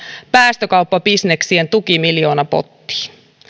päästökauppabisneksien tukimiljoonapottiin